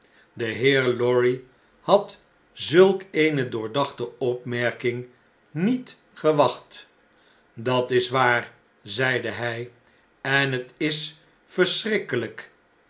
de heer lorry had zulk eene doordachte opmerking niet gewacht dat is waar zeidehij s enhetis verschrikkeljjk